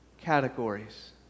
categories